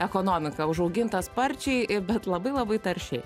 ekonomika užauginta sparčiai ir bet labai labai taršiai